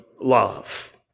love